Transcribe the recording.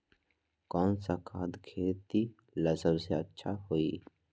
कौन सा खाद खेती ला सबसे अच्छा होई?